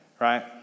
Right